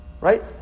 Right